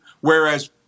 whereas